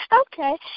Okay